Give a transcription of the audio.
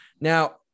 Now